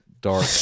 dark